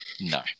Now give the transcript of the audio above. No